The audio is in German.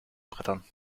brettern